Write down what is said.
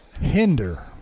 Hinder